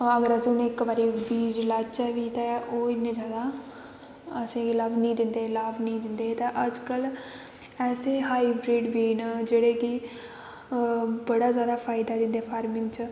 अगर अस इक बारी बीज लाचै बी ते ओह् असें गी इन्नै जैदा असें गी लाब निं दिंदे न ते अजकल्ल ऐसे हाई ब्रीड़ सीड्स न जेह्ड़े कि बड़ा जैदा फायदा दिंदे असें गी